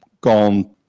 gone